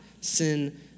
sin